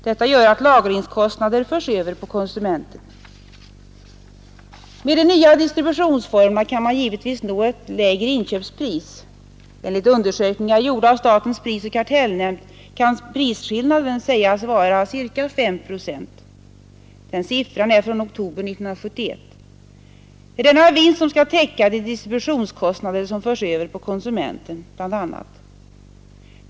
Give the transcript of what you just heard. Detta gör att lagringskostnader förs över på konsumenten. Med den nya distributionsformen kan man givetvis nå ett lägre inköpspris. Enligt en undersökning gjord av statens prisoch kartellnämnd kan prisskillnaden sägas vara ca 5 procent. Den siffran är från oktober 1971. Det är denna vinst som skall täcka de distributionskostnader som bl.a. förs över på konsumenten.